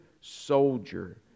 soldier